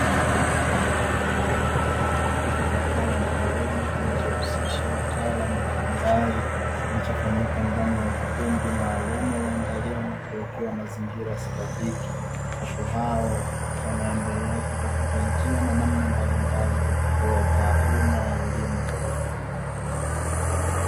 Katika kikao maalum kinachohusisha wataalamu mbalimbali kilichofanyika ndani ya ukumbi maalum ulioandaliwa na kuwekewa mazingira stahiki, watu hao wanatafuta njia na namna mbalimbali za kutoa taaluma katika jamii.